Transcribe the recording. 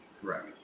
Correct